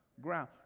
ground